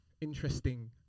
interesting